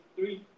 Three